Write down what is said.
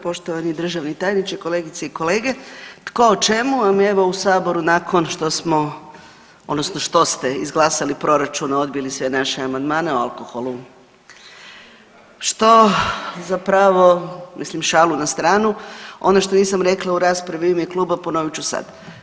Poštovani državni tajniče, kolegice i kolege, tko o čemu, a mi evo u saboru nakon što smo odnosno što ste izglasali proračun, a odbili sve naše amandmane o alkoholu, što zapravo mislim šalu na stranu, ono što nisam rekla u raspravi u ime kluba ponovit ću sad.